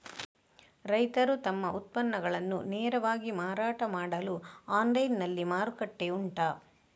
ರೈತರು ತಮ್ಮ ಉತ್ಪನ್ನಗಳನ್ನು ನೇರವಾಗಿ ಮಾರಾಟ ಮಾಡಲು ಆನ್ಲೈನ್ ನಲ್ಲಿ ಮಾರುಕಟ್ಟೆ ಉಂಟಾ?